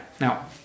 Now